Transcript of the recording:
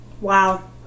Wow